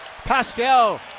Pascal